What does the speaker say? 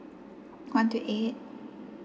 one two eight